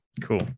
Cool